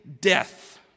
death